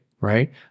right